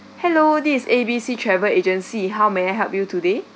hello this is A B C travel agency how may I help you today